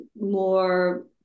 More